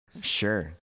Sure